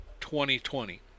2020